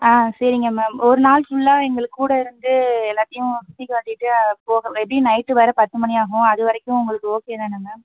ஆ சரிங்க மேம் ஒரு நாள் ஃபுல்லா எங்கள் கூட இருந்து எல்லாத்தையும் சுற்றிக் காட்டிட்டு அது போக எப்படியும் நைட்டு வர பத்து மணி ஆகும் அது வரைக்கும் உங்களுக்கு ஓகே தானே மேம்